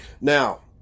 now